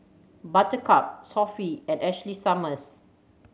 Buttercup Sofy and Ashley Summers